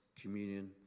communion